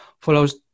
follows